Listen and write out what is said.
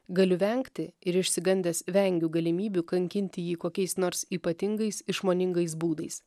galiu vengti ir išsigandęs vengiu galimybių kankinti jį kokiais nors ypatingais išmoningais būdais